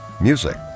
Music